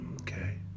okay